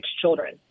children